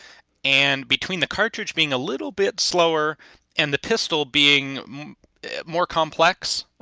and between the cartridge being a little bit slower and the pistol being more complex,